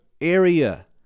area